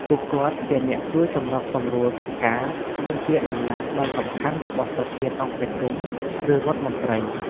ពួកគាត់ជាអ្នកជួយសម្របសម្រួលកិច្ចការ និងជាតំណាងដ៏សំខាន់របស់ប្រធានអង្គប្រជុំ ឬរដ្ឋមន្ត្រី ។